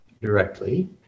directly